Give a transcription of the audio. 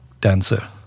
dancer